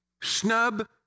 snub